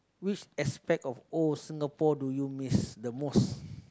which aspect of old Singapore do you miss the most